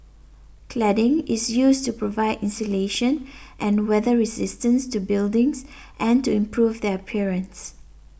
cladding is used to provide insulation and weather resistance to buildings and to improve their appearance